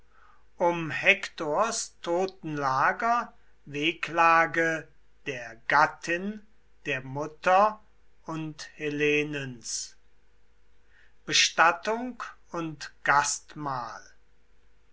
um hektors totenlager wehklage der gattin der mutter und helenens bestattung und gastmahl